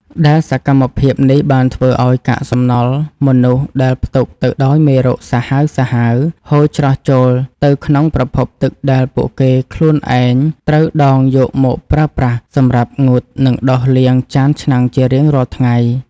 ដែលសកម្មភាពនេះបានធ្វើឱ្យកាកសំណល់មនុស្សដែលផ្ទុកទៅដោយមេរោគសាហាវៗ ហូរច្រោះចូលទៅក្នុងប្រភពទឹកដែលពួកគេខ្លួនឯងត្រូវដងយកមកប្រើប្រាស់សម្រាប់ងូត និងដុសលាងចានឆ្នាំងជារៀងរាល់ថ្ងៃ។